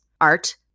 art